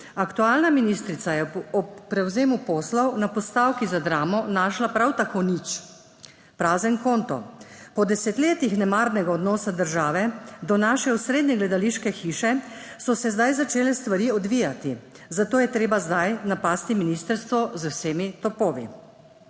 Aktualna ministrica je ob prevzemu poslov na postavki za Dramo našla prav tako nič, prazen konto. Po desetletjih nevarnega odnosa države do naše osrednje gledališke hiše so se zdaj začele stvari odvijati, zato je treba zdaj napasti ministrstvo z vsemi topovi.